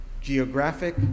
geographic